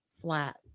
flat